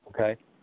Okay